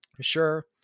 sure